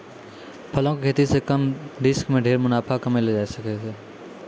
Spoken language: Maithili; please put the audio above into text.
फलों के खेती सॅ कम रिस्क मॅ ढेर मुनाफा कमैलो जाय ल सकै छै